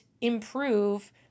improve